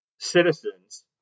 citizens